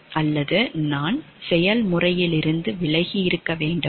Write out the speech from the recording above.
அல்லது நான் செயல்முறையிலிருந்து விலகி இருக்க வேண்டுமா